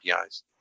apis